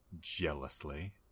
jealously